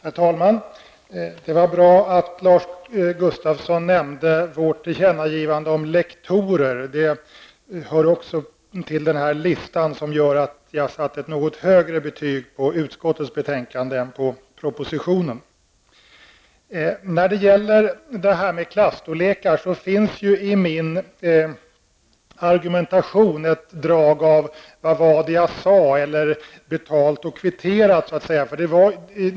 Herr talman! Det var bra att Lars Gustafsson nämnde vårt tillkännagivande om lektorer. Det hör också till den här listan som gör att jag satte ett något högre betyg på utskottets betänkande än på propositionen. När det gäller klasstorlekar finns i min argumentation ett drag av ''vad var det jag sa'' eller ''betalt och kvitterat''.